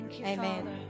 Amen